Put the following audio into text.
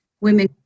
women